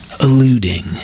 alluding